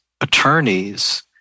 attorneys